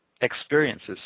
experiences